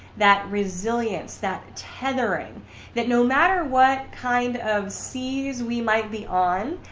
that resilience. that tethering that no matter what kind of seas we might be on,